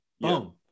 Boom